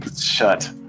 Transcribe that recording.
shut